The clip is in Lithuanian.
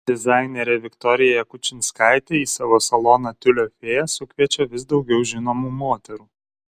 dizainerė viktorija jakučinskaitė į savo saloną tiulio fėja sukviečia vis daugiau žinomų moterų